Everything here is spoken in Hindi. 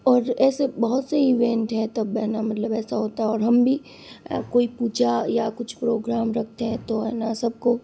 और ऐसे बोहोत से इवेंट है तब है ना मतलब ऐसा होता है और हम भी कोई पूजा या कुछ प्रोग्राम रखते हैं तो है ना सब को